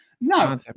No